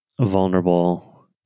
vulnerable